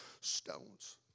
stones